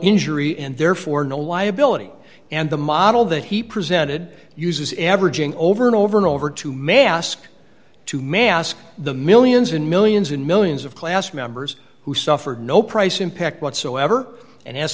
injury and therefore no liability and the model that he presented uses averaging over and over and over to mask to mask the millions and millions and millions of class members who suffered no price impact whatsoever and as